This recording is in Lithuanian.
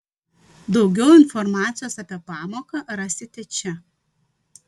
daugiau informacijos apie pamoką rasite čia